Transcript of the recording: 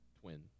twin